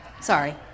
Sorry